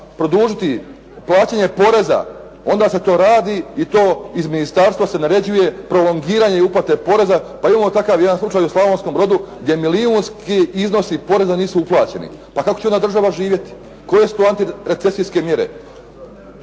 produžiti plaćanje poreza onda se to radi i to iz ministarstva se naređuje prolongiranje i uplate poreza, pa imamo takav jedan slučaj u Slavonskom Brodu gdje milijunski iznosi poreza nisu uplaćeni. Pa kako će onda država živjeti. Koje su to antirecesijske mjere?